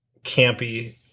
campy